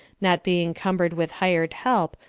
not being cumbered with hired help,